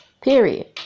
Period